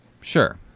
Sure